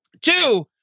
two